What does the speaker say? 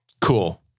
Cool